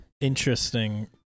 Interesting